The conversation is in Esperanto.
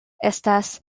estas